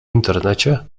internecie